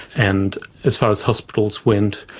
and as far as hospitals went,